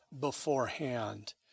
beforehand